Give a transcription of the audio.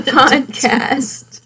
podcast